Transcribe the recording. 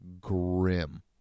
grim